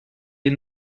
est